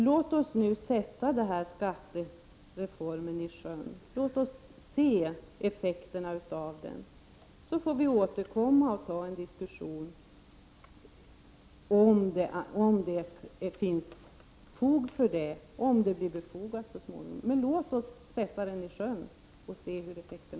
Låt oss sätta skattereformen i sjön och studera effekterna av denna! Sedan får vi återkomma till dessa saker, om det skulle finnas fog för en sådan diskussion.